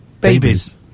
Babies